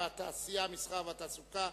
התעשייה, המסחר והתעסוקה,